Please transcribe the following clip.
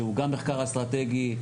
שהוא גם מחקר אסטרטגי,